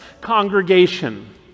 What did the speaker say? congregation